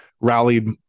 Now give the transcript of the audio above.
rallied